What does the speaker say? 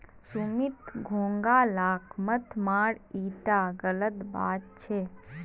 सुमित घोंघा लाक मत मार ईटा गलत बात छ